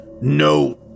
No